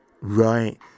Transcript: Right